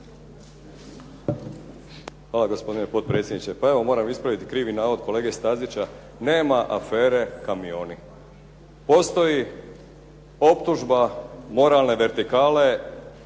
Hvala, gospodine potpredsjedniče. Pa evo moram ispraviti krivi navod kolege Stazića. Nema "afere kamioni". Postoji optužba moralne vertikale